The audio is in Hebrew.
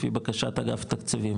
לפי בקשת אגף תקציבים,